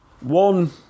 one